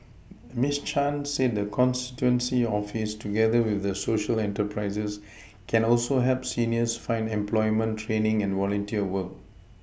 Miss Chan said the constituency office together with the Social enterprises can also help seniors find employment training and volunteer work